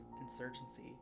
Insurgency